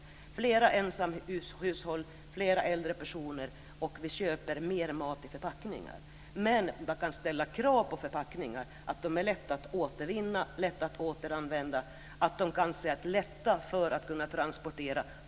Det blir fler ensamhushåll och fler äldre personer som köper mer mat i förpackningar. Men man kan ställa krav på förpackningar, att de ska vara lätta att återvinna och lätta att återanvända. De ska också vara lätta att transportera.